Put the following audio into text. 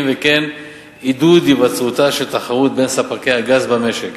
וכן עידוד היווצרות של תחרות בין ספקי הגז במשק.